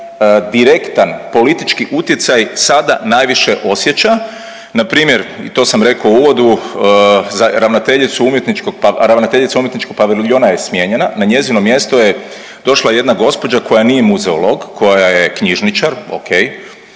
direktan politički utjecaj sada najviše osjeća, npr. i to sam rekao u uvodu za ravnateljicu umjetničkog, ravnateljica Umjetničkog paviljona je smijenjena, na njezino mjesto je došla jedna gospođa koja nije muzeolog, koja je knjižničar, ok,